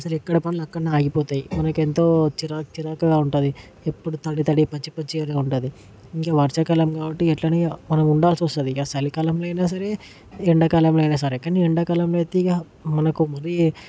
అసలు ఎక్కడ పనులు అక్కడనే ఆగిపోతాయి మనకు ఎంతో చిరాకు చిరాకుగా ఉంటుంది ఎప్పుడూ తడి తడి పచ్చి పచ్చిగా ఉంటుంది ఇంక వర్షాకాలం కాబట్టి ఇట్లనే ఇక మనం ఉండాల్సి వస్తది ఇక సలికాలంలో అయినా సరే ఎండకాలంల అయినా సరే కాని ఎండకాలంలో అయితే ఇక మనకు మరీ